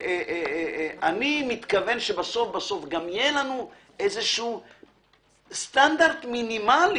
אני מתכוון שבסוף בסוף גם יהיה לנו סטנדרט מינימלי.